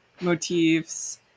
motifs